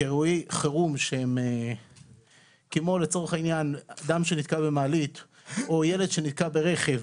כאירועי חירום כמו לצורך העניין אדם שנתקע במעלית או ילד שנתקע ברכב.